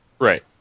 right